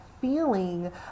feeling